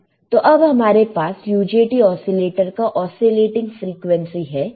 तो अब हमारे पास UJT ओसीलेटर का ओसीलेटिंग फ्रीक्वेंसी है